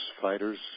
fighters